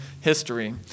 history